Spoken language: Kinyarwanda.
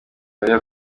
mariya